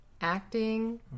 acting